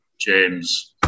James